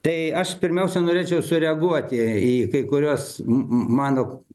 tai aš pirmiausia norėčiau sureaguoti į kai kuriuos m m mano